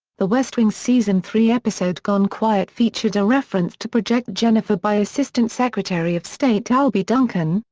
the west wing season three episode gone quiet featured a reference to project jennifer by assistant secretary of state albie duncan,